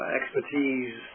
expertise